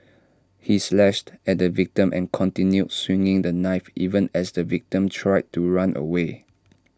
he slashed at the victim and continued swinging the knife even as the victim tried to run away